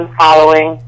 following